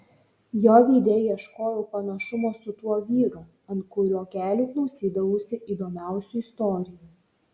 jo veide ieškojau panašumo su tuo vyru ant kurio kelių klausydavausi įdomiausių istorijų